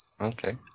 Okay